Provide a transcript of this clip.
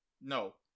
No